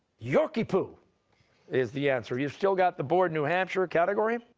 yorkie-poo is the answer. you've still got the board, new hampshire, category?